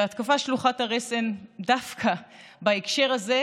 וההתקפה שלוחת הרסן דווקא בהקשר הזה,